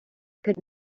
could